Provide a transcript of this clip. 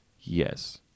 yes